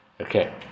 Okay